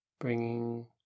bringing